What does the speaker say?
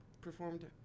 performed